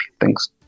Thanks